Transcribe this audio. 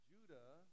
Judah